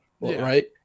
right